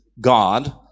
god